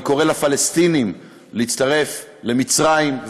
אני קורא לפלסטינים להצטרף למצרים,